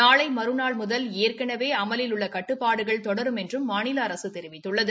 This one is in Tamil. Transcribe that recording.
நாளை மறுநாள் முதல் ஏற்கனவே அமலில் உள்ள கட்டுப்பாடுகள் தொடரும் என்றும் மாநில அரசு தெரிவித்துள்ளது